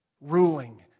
Ruling